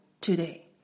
today